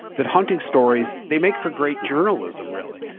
that hunting stories they make for great journalism really,